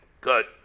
Good